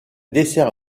dessert